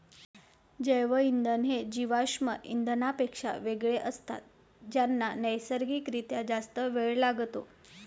जैवइंधन हे जीवाश्म इंधनांपेक्षा वेगळे असतात ज्यांना नैसर्गिक रित्या जास्त वेळ लागतो